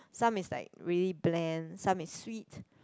some is like really bland some is sweet